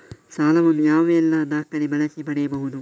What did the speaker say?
ಸಾಲ ವನ್ನು ಯಾವೆಲ್ಲ ದಾಖಲೆ ಬಳಸಿ ಪಡೆಯಬಹುದು?